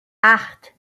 acht